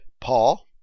Paul